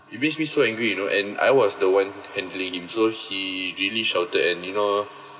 he makes me so angry you know and I was the one handling him so he really shouted and you know